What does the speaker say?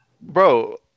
bro